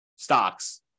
stocks